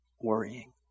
worrying